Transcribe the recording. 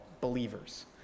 believers